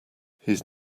his